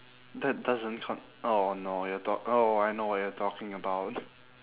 that doesn't con~ oh no you're talk~ oh I know what you're talking about